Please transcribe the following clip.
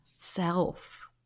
Self